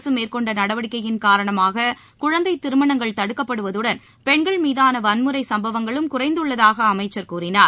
அரசு மேற்கொண்ட நடவடிக்கையின் காரணமாக குழந்தை திருமணங்கள் தடுக்கப்படுவதுடன் பெண்கள் மீதான வன்முறை சம்பவங்களும் குறைந்துள்ளதாக அமைச்சர் கூறினார்